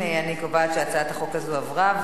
2. אני קובעת שהצעת החוק הזאת עברה,